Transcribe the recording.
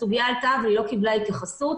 הסוגיה עלתה, והיא לא קיבלה התייחסות.